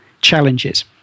challenges